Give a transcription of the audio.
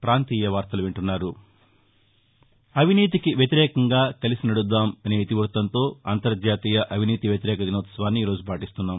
అవినీతికి వ్యతిరేకంగా కలిసి నడుద్దాం అనే ఇతివృత్తంతో అంతర్జాతీయ అవినీతి వ్యతిరేక దినోత్సవాన్ని ఈ రోజు పాటిస్తున్నాం